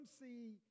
see